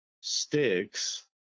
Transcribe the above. sticks